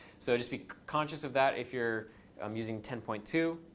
so just be conscious of that if you're um using ten point two.